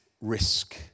risk